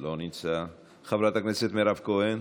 לא נמצא, חברת הכנסת מירב כהן,